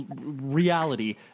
reality